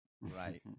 Right